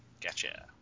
Gotcha